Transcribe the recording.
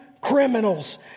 criminals